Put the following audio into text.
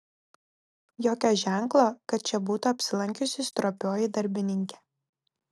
jokio ženklo kad čia būtų apsilankiusi stropioji darbininkė